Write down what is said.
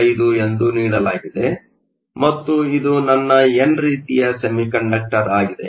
55 ಎಂದು ನೀಡಲಾಗಿದೆ ಮತ್ತು ಇದು ನನ್ನ ಎನ್ ರೀತಿಯ ಸೆಮಿಕಂಡಕ್ಟರ್ ಆಗಿದೆ